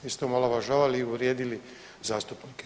Vi ste omalovažavali i uvrijedili zastupnike.